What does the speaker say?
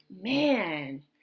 man